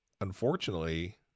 unfortunately